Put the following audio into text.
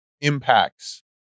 impacts